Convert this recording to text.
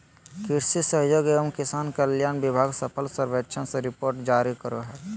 कृषि सहयोग एवं किसान कल्याण विभाग फसल सर्वेक्षण रिपोर्ट जारी करो हय